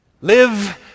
Live